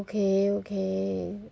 okay okay